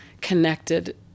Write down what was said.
connected